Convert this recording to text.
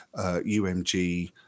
UMG